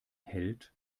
hält